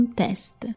test